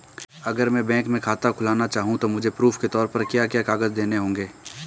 अगर मैं बैंक में खाता खुलाना चाहूं तो मुझे प्रूफ़ के तौर पर क्या क्या कागज़ देने होंगे?